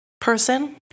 person